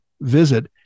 visit